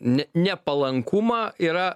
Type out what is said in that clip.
ne nepalankumą yra